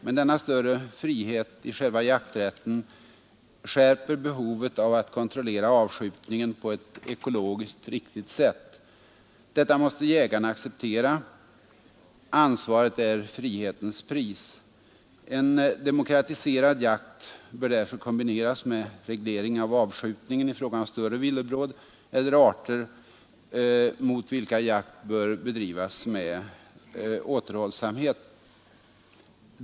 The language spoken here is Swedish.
Men denna större frihet i själva jakträtten skärper behovet av att kontrollera avskjutningen på ett ekologiskt riktigt sätt. Detta måste jägarna acceptera — ansvaret är frihetens pris. En demokratiserad jakt bör därför kombineras med reglering av avskjutningen i fråga om större villebråd eller arter, mot vilka jakt bör bedrivas med återhållsamhet.